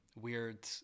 weird